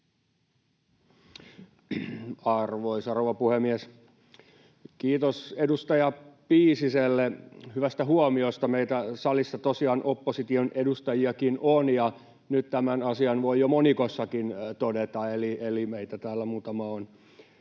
Arvoisa rouva puhemies! Kiitos edustaja Piisiselle hyvästä huomiosta — salissa tosiaan meitä opposition edustajiakin on, ja nyt tämän asian voi jo monikoissakin todeta, eli meitä täällä muutama on.